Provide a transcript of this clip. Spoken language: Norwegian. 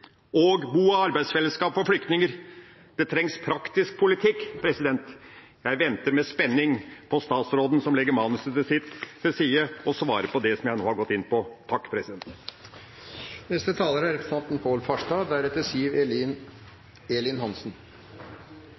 og bo- og arbeidsfellesskap for flyktninger? Det trengs praktisk politikk. Jeg venter i spenning på statsråden, som legger manuset sitt til side og svarer på det jeg nå har gått inn på.